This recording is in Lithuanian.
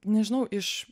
nežinau iš